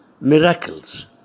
miracles